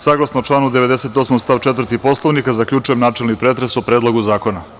Saglasno članu 98. stav 4. Poslovnika zaključujem načelni pretres o Predlogu zakona.